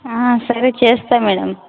సరే చేస్తా మేడం